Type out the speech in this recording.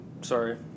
sorry